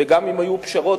וגם אם היו פשרות,